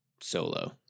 solo